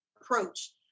approach